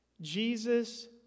Jesus